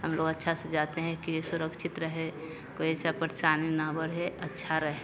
हम लोग अच्छा से जाते हैं कि सुरक्षित रहें कोई ऐसा परेशानी न बढ़े अच्छा रह